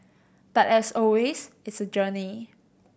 but as always it's journey